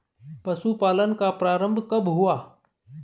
पशुपालन का प्रारंभ कब हुआ?